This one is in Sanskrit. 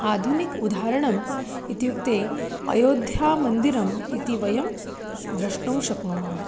आधुनिकम् उदाहरणम् इत्युक्ते अयोध्यामन्दिरम् इति वयं द्रष्टुं शक्नुमः